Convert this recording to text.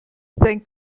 sein